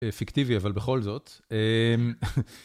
פיקטיבי אבל בכל זאת.